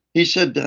he said,